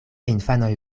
infanoj